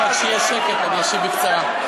כשיהיה שקט, אשיב בקצרה.